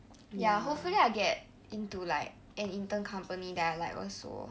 ya hopefully I get into like an intern company that I like also